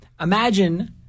Imagine